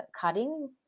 cutting